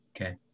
Okay